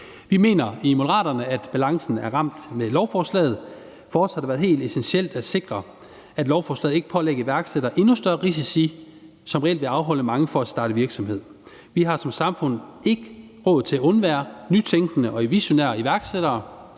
Vi mener i Moderaterne, at balancen er ramt med lovforslaget. For os har det været helt essentielt at sikre, at lovforslaget ikke pålægger iværksættere endnu større risici, som reelt vil afholde mange fra at starte virksomhed. Vi har som samfund ikke råd til at undvære nytænkende og visionære iværksættere,